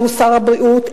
שהוא שר הבריאות,